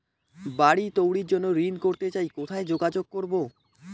বাড়ি তৈরির জন্য ঋণ করতে চাই কোথায় যোগাযোগ করবো?